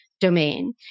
domain